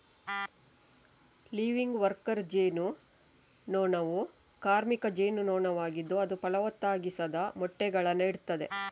laying worker ಜೇನು ನೊಣವು ಕಾರ್ಮಿಕ ಜೇನು ನೊಣವಾಗಿದ್ದು ಅದು ಫಲವತ್ತಾಗಿಸದ ಮೊಟ್ಟೆಗಳನ್ನ ಇಡ್ತದೆ